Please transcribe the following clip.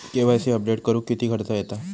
KYC update करुक किती खर्च येता?